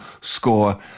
score